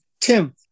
tim